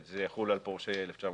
שזה יחול על פורשי 1998